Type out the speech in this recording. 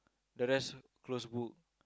the rest close book